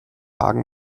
hagen